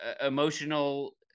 emotional